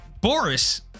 Boris